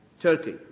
Turkey